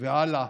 והלאה